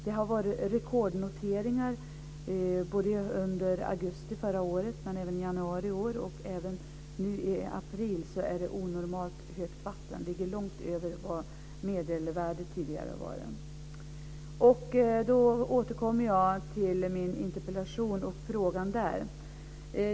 Det har varit rekordnoteringar både i augusti förra året och i januari i år. Även nu är vattnet onormalt högt. Det ligger långt över tidigare medelvärde. Då återkommer jag till min interpellation och frågan där.